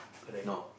no